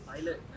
Pilot